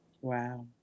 Wow